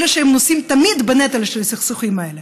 אלה שתמיד נושאים בנטל של הסכסוכים האלה.